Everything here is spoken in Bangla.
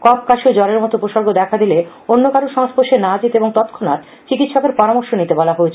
কফ কাশি ও জ্বরের মত উপসর্গ দেখা দিলে অন্য কারোর সংস্পর্শে না যেতে এবং তৎক্ষনাত চিকিৎসকের পরামর্শ নিতে বলা হয়েছে